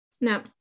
No